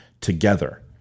together